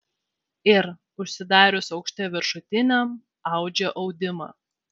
ir užsidarius aukšte viršutiniam audžia audimą